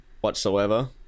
whatsoever